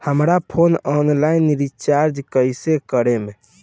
हमार phone online recharge कईसे करेम?